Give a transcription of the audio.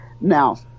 Now